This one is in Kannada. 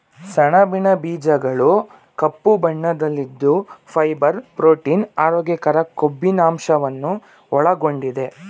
ಸಣಬಿನ ಬೀಜಗಳು ಕಪ್ಪು ಬಣ್ಣದಲ್ಲಿದ್ದು ಫೈಬರ್, ಪ್ರೋಟೀನ್, ಆರೋಗ್ಯಕರ ಕೊಬ್ಬಿನಂಶವನ್ನು ಒಳಗೊಂಡಿದೆ